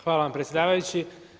Hvala vam predsjedavajući.